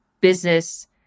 business